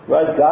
Right